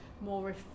more